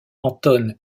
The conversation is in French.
anton